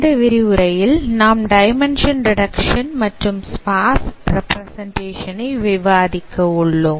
இந்த விரிவுரையில் நாம் டைமென்ஷன் ரெடக்ஷன் மற்றும் ஸ்பார்ஸ் ரப்பிரசெண்டேஷன் ஐ விவாதிக்க உள்ளோம்